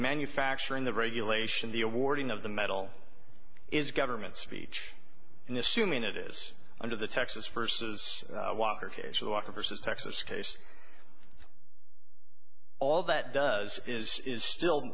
manufacturing the regulation the awarding of the medal is government speech and assuming it is under the texas versus walker case that walker says texas case all that does is is still